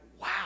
wow